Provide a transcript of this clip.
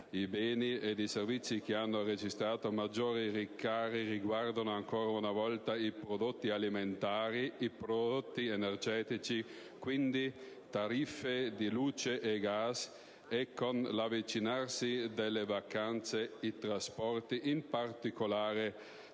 I beni ed i servizi che hanno registrato maggiori rincari riguardano ancora una volta i prodotti alimentari, i prodotti energetici e quindi tariffe di luce e gas e, con l'avvicinarsi delle vacanze, i trasporti, in particolare